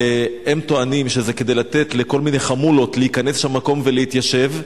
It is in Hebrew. הם טוענים שזה כדי לתת לכל מיני חמולות להיכנס שם למקום ולהתיישב.